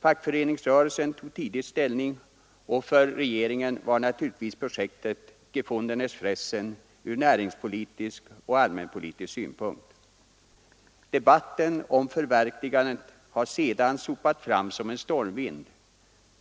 Fackföreningsrörelsen tog tidigt ställning, och för regeringen var naturligtvis projektet ”gefundenes Fressen” från näringspolitisk och allmänpolitisk synpunkt. Debatten om förverkligandet har sedan sopat fram som en stormvind.